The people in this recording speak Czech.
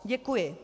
Děkuji.